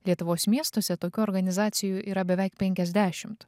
lietuvos miestuose tokių organizacijų yra beveik penkiasdešimt